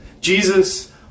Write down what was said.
Jesus